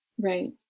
Right